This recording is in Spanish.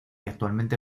actualmente